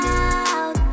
out